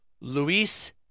Luis